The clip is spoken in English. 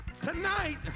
Tonight